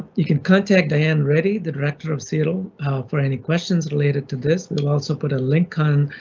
you can contact diane reddy, the director of cetl for any questions related to this. we'll also put a link on